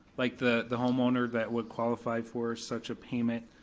like the the homeowner that would qualify for such a payment